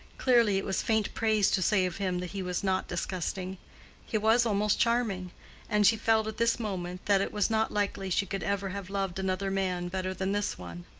clearly it was faint praise to say of him that he was not disgusting he was almost charming and she felt at this moment that it was not likely she could ever have loved another man better than this one.